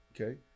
Okay